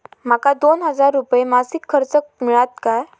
माका दोन हजार रुपये मासिक कर्ज मिळात काय?